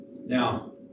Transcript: Now